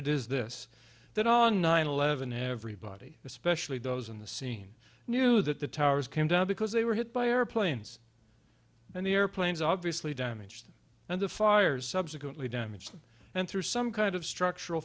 it is this that on nine eleven everybody especially those on the scene knew that the towers came down because they were hit by airplanes and the airplanes obviously damaged and the fire's subsequently damaged and through some kind of structural